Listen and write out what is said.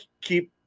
keep